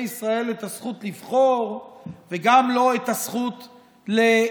ישראל את הזכות לבחור וגם לא את הזכות להיבחר.